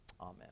Amen